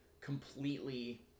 completely